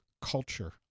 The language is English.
culture